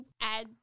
add